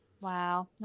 Wow